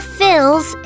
fills